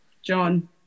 John